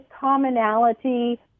commonality